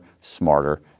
smarter